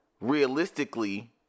realistically